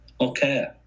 okay